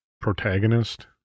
protagonist